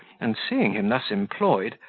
and seeing him thus employed,